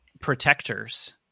protectors